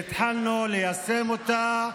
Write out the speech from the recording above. והתחלנו ליישם אותה,